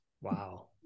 Wow